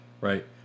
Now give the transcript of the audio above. right